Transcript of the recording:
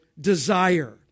desire